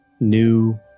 new